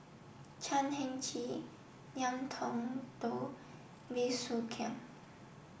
Chan Heng Chee Ngiam Tong Dow Bey Soo Khiang